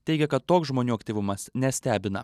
teigia kad toks žmonių aktyvumas nestebina